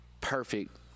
perfect